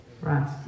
right